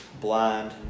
blind